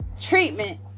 treatment